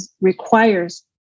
requires